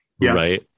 Yes